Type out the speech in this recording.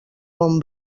bon